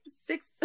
six